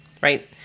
Right